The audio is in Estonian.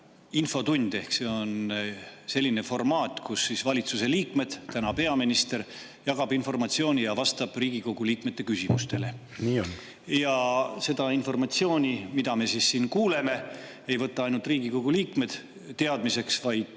infotund ehk see on selline formaat, kus valitsuse liikmed, täna peaminister, jagavad informatsiooni ja vastavad Riigikogu liikmete küsimustele. (Juhataja: "Nii on.") Seda informatsiooni, mida me siis siin kuuleme, ei võta ainult Riigikogu liikmed teadmiseks, vaid